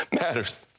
matters